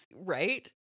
Right